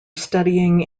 studying